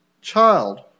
child